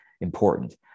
important